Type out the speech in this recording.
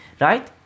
right